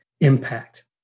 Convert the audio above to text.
impact